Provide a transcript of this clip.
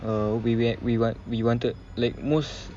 uh we went we want we wanted like most